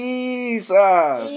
Jesus